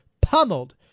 pummeled